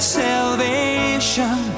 salvation